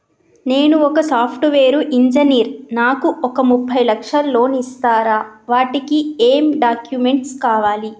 నేను ఒక software engineer నాకు ఒక ముప్పై లక్షల లోన్ ఇస్తరా? వాటికి ఏం డాక్యుమెంట్స్ కావాలి?